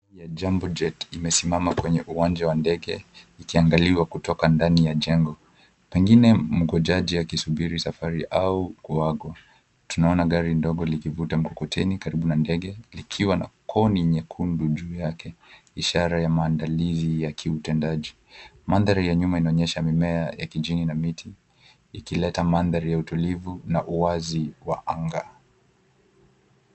Ndege ya Jambo Jet imesimama kwenye uwanja wa ndege ikiangaliwa kutoka ndani ya jengo pengine mngonaji akisubiri safari au kuakwa. Tunaona gari ndogo likivuta mkokoteni karibu na ndege likiwa na koo ni nyekundu juu yake ishara ya maandalizi ya kiutendani. Mandhari ya nyuma inaonyesha mimea ya kijani na miti ikileta mandhari ya utulivu na uwazi wa anga.